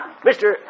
Mr